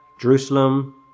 Jerusalem